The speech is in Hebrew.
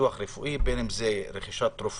ביטוח רפואי, בין אם זה רכישת תרופות,